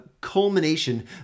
culmination